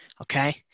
Okay